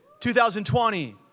2020